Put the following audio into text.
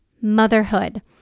motherhood